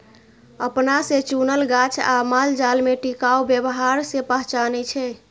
अपना से चुनल गाछ आ मालजाल में टिकाऊ व्यवहार से पहचानै छै